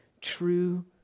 true